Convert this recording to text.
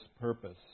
purpose